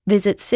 Visit